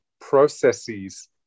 processes